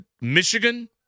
Michigan –